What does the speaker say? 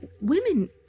women